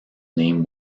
name